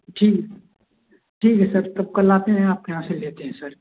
जी ठीक है सर तब कल आते हैं आपके यहाँ से लेते हैं सर